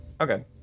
Okay